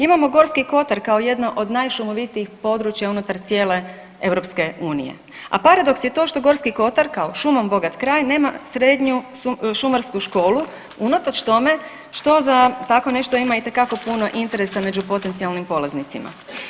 Imamo Gorski Kotar kao jedno od najšumovitijih područja unutar cijele Europske unije, a paradoks je to što Gorski Kotar kao šumom bogat kraj nema srednju šumarsku školu unatoč tome što za takvo nešto ima itekako puno interesa među potencijalnim polaznicima.